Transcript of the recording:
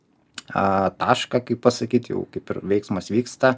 tašką kaip pasakyt kaip ir veiksmas vyksta